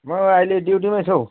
म अहिले ड्युटीमै छु हौ